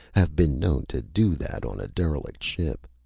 have been known to do that on a derelict ship.